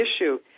issue